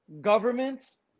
governments